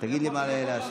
תגיד לי מה לאשר.